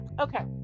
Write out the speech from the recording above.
Okay